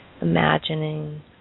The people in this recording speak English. imagining